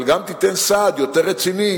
אבל גם תיתן סעד יותר רציני